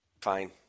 Fine